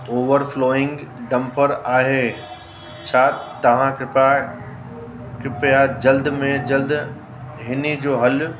overflowing dumper आहे छा तव्हां कृप्या कृप्या जल्द में जल्द हिन जो हल